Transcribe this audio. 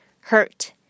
hurt